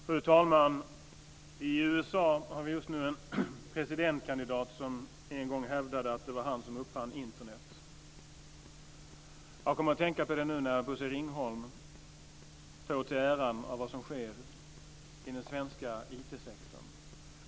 Fru talman! I USA har vi just nu en presidentkandidat som en gång hävdade att det var han som uppfann Internet. Jag kom att tänka på det nu när Bosse Ringholm tar åt sig äran av vad som sker i den svenska IT-sektorn.